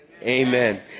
Amen